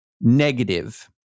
negative